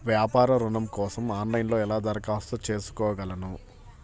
వ్యాపార ఋణం కోసం ఆన్లైన్లో ఎలా దరఖాస్తు చేసుకోగలను?